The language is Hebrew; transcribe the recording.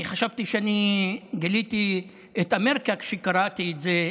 אני חשבתי שאני גיליתי את אמריקה כשקראתי את זה.